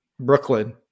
Brooklyn